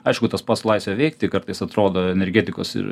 aišku tas pats laisvė veikti kartais atrodo energetikos ir